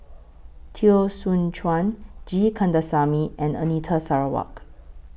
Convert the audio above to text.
Teo Soon Chuan G Kandasamy and Anita Sarawak